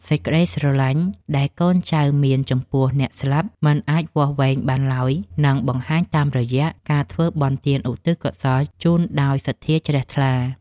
សេចក្តីស្រឡាញ់ដែលកូនចៅមានចំពោះអ្នកស្លាប់មិនអាចវាស់វែងបានឡើយ និងបង្ហាញតាមរយៈការធ្វើបុណ្យទានឧទ្ទិសកុសលជូនដោយសទ្ធាជ្រះថ្លា។